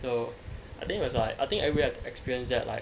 so I think it was like I think everybody would have to experience that like